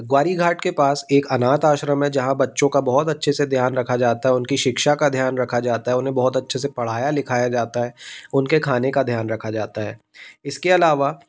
ग्वारीघाट के पास एक अनाथ आश्रम है जहाँ बच्चों का बहुत अच्छे से ध्यान रखा जाता है उनकी शिक्षा का ध्यान रखा जाता है उन्हें बहुत अच्छे से पढ़ाया लिखाया जाता है उनके खाने का ध्यान रखा जाता है इसके अलावा